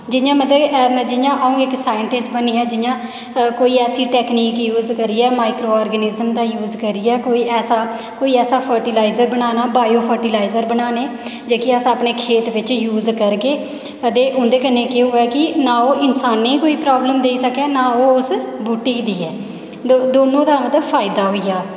जियां मतलब जियां अ'ऊं इक साईंटिस्ट बनी आं जियां कोई ऐसी टैकनीक यूज करियै माईक्रो आर्गनिजम दा यूज करियै कोई ऐसा कोई ऐसा फर्टिलाईज़र बनाना बायो फर्टिलाईज़र बनाने जेह्की अस अपने खेत बिच्च यूज करगे ते उंदे कन्नै केह् होऐ नां ओह् इंसानें गी प्राब्लम देई सकै नां बूह्टें गी दौनों दा मतलब फायदा होई जा